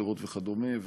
פירות וכדומה,